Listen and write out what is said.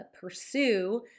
pursue